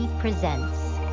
presents